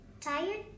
Tired